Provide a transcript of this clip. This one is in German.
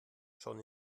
schon